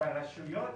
שברשויות